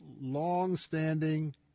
long-standing